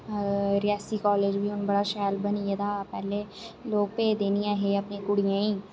Reasi college बी हून बड़ा शैल बनी गेदा पैह्ले लोक भेजदे नेईं हे अपनियें कुड़ियें गी